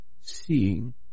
seeing